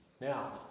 Now